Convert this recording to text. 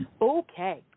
Okay